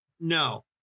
No